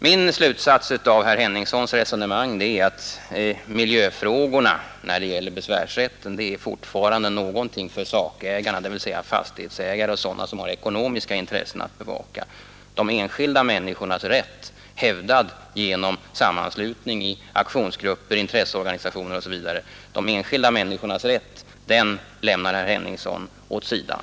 Min slutsats av herr Henningssons resonemang är att miljöfrågorna när det gäller besvärsrätten fortfarande är någonting för sakägarna, dvs. fastighetsägare och andra som har ekonomiska intressen att bevaka. De enskilda människornas rätt, hävdad genom sammanslutning i aktionsgrupper, intresseorganisationer osv., lämnar herr Henningsson åt sidan.